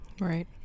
right